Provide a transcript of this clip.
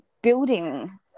building